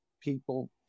people